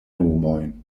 nomojn